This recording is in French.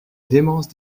démence